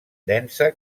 densa